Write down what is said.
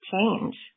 change